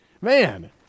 Man